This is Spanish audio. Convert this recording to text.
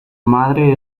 madre